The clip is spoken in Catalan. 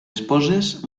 esposes